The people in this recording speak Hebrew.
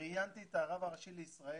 ראיינתי את הרב הראשי לישראל,